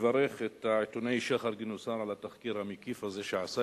לברך את העיתונאי שחר גינוסר על התחקיר המקיף הזה שעשה.